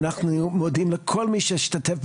ואנחנו מודים לכל מי שהשתתף,